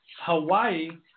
Hawaii